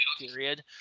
period